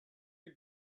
the